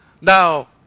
Now